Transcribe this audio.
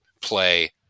play